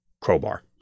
crowbar